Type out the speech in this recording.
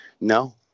No